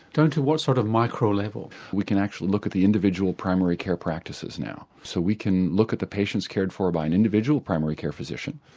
down to what sort of micro level? we can actually look at the individual primary care practices now so we can look at the patients cared for by an individual primary care physician,